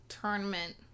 tournament